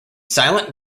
silent